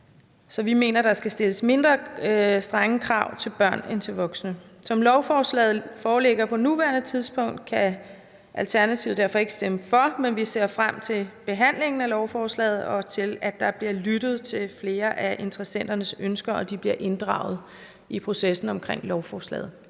Så vi mener, at der skal stilles mindre strenge krav til børn end til voksne. Som lovforslaget foreligger på nuværende tidspunkt, kan Alternativet derfor ikke stemme for, men vi ser frem til behandlingen af lovforslaget og til, at der bliver lyttet til flere af interessenternes ønsker, og at de bliver inddraget i lovforslagsprocessen.